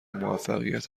موفقیت